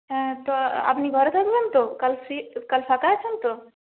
হ্যাঁ তো আপনি ঘরে থাকবেন তো কাল ফ্রি কাল ফাঁকা আছেন তো